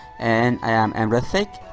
and i'm emratthich.